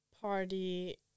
party